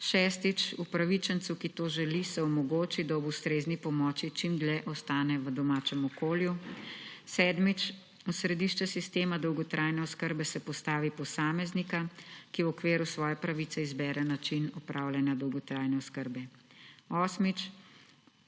Šestič, upravičencu, ki to želi, se omogoči, da ob ustrezni pomoči čim dlje ostane v domačem okolju. Sedmič, v središče sistema dolgotrajne oskrbe se postavi posameznika, ki v okviru svoje pravice izbere način opravljanja dolgotrajne oskrbe. Osmič,